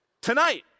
Tonight